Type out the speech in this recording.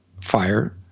fire